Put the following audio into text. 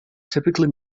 typically